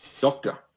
doctor